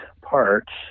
parts